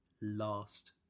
last